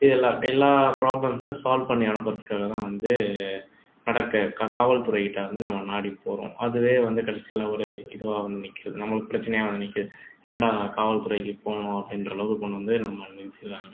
எல்லா எல்லா ப்ராப்ளம்ஸும் சால்வ் பண்ணி அனுப்புறத்துக்காக தான் வந்து நடக்க க காவல்துறைகிட்ட வந்து நம்ம நாடி போகிறோம் அதுவே வந்து கடைசியில் ஒரு இதுவாக வந்து நிற்கிது நம்மளுக்கு பிரச்சனையாக வந்து நிற்கிது ஏன்டா காவல்துறைக்கு போனோம் அப்படின்ற அளவு கொண்டு வந்து நம்மளை நிறுத்திறாங்க